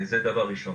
זה דבר ראשון.